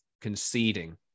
conceding